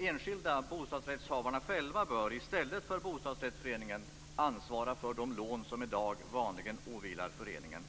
enskilda bostadsrättshavarna bör själva, i stället för bostadsrättsföreningen, ansvara för de lån som i dag vanligen åvilar föreningen.